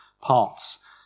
parts